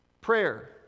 Prayer